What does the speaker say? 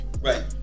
Right